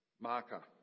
marker